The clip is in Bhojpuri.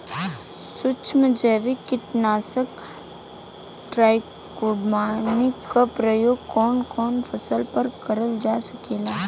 सुक्ष्म जैविक कीट नाशक ट्राइकोडर्मा क प्रयोग कवन कवन फसल पर करल जा सकेला?